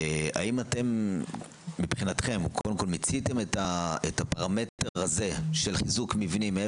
האם אתם מבחינתכם מיציתם את הפרמטר הזה של חיזוק מבנים?